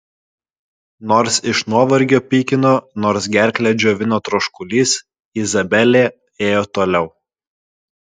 nors iš nuovargio pykino nors gerklę džiovino troškulys izabelė ėjo toliau